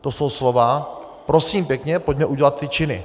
To jsou slova, prosím pěkně, pojďme udělat ty činy.